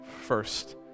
first